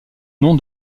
nom